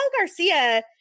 Garcia